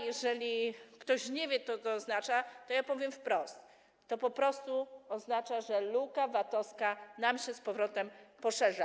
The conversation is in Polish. Jeżeli ktoś nie wie, co to oznacza, to ja powiem wprost: to po prostu oznacza, że luka VAT-owska nam się z powrotem poszerza.